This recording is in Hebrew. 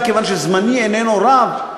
כיוון שזמני איננו רב,